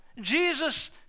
Jesus